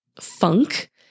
funk